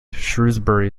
shrewsbury